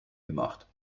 gemacht